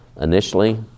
initially